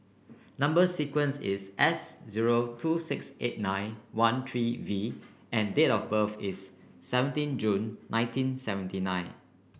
number sequence is S zero two six eight nine one three V and date of birth is seventeen June nineteen seventy nine